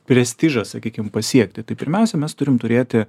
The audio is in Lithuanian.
prestižą sakykim pasiekti tai pirmiausiai mes turim turėti